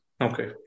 Okay